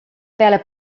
peale